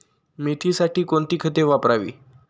मेथीसाठी कोणती खते वापरावी?